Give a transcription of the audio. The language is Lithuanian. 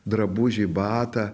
drabužį batą